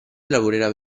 lavorerà